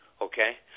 okay